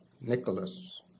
Nicholas